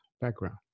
background